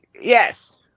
Yes